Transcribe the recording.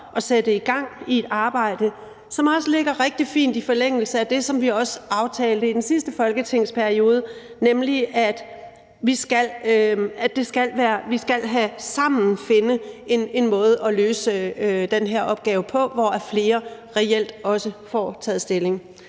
og sætte gang i et arbejde, som ligger rigtig fint i forlængelse af det, som vi aftalte i den sidste folketingsperiode, nemlig at vi sammen skal finde en måde at løse den her opgave på, så flere reelt også får taget stilling.